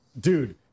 dude